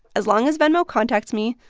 as long as venmo contacts me,